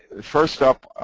first up,